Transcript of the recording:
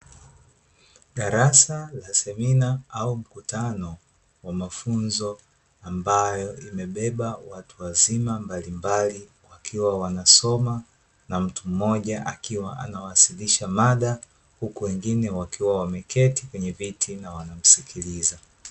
Darasa la semina au mkutano wa mafunzo ambayo imebeba watu wazima mbalimbali wakiwa wanasoma na mtu mmoja akiwa anawasilisha mada, huku wengine wakiwa wamekiti kwenye viti na wanamsikiliza.